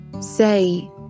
Say